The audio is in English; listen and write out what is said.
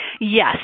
Yes